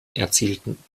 erzielten